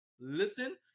listen